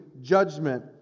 Judgment